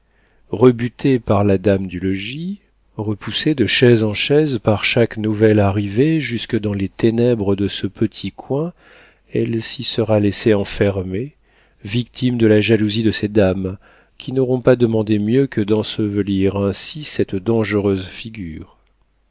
rebutée par la dame du logis repoussée de chaise en chaise par chaque nouvelle arrivée jusque dans les ténèbres de ce petit coin elle s'y sera laissé enfermer victime de la jalousie de ces dames qui n'auront pas demandé mieux que d'ensevelir ainsi cette dangereuse figure